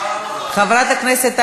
חבר הכנסת מאיר כהן.